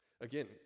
Again